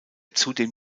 zudem